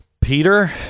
Peter